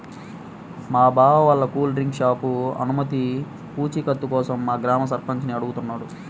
మా బావ వాళ్ళ కూల్ డ్రింక్ షాపు అనుమతి పూచీకత్తు కోసం మా గ్రామ సర్పంచిని అడుగుతున్నాడు